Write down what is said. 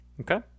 Okay